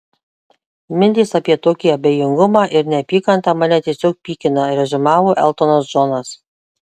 mintys apie tokį abejingumą ir neapykantą mane tiesiog pykina reziumavo eltonas džonas